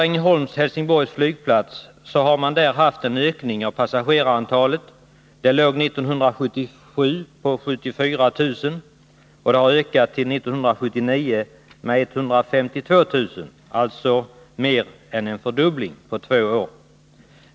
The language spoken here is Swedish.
Ängelholms-Helsingborgs flygplats har haft en ökning av passagerarantalet från 74 000 år 1977 till 152 000 år 1979 — alltså mer än en fördubbling på två år.